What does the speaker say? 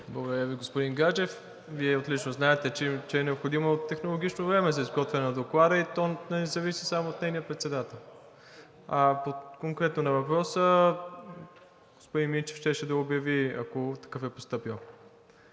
Благодаря Ви, господин Гаджев. Вие отлично знаете, че е необходимо технологично време за изготвяне на Доклада и то не зависи само от нейния председател. Конкретно на въпроса – господин Минчев щеше да обяви, ако такъв е постъпил.